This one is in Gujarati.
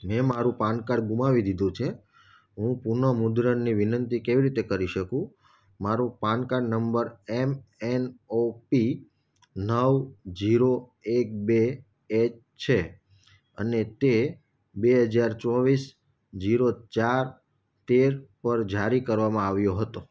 મેં મારું પાન કાર્ડ ગુમાવી દીધું છે હું પુનઃ મુદ્રણની વિનંતી કેવી રીતે કરી શકું મારું PAN card number M N O P નવ જીરો એક બે એચ છે અને તે બે હજાર ચોવીસ જીરો ચાર તેર પર જાહેર કરવામાં આવ્યો હતો